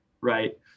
Right